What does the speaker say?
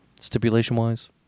stipulation-wise